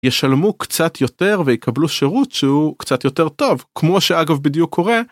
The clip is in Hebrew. ישלמו קצת יותר ויקבלו שירות שהוא קצת יותר טוב כמו שאגב בדיוק קורה.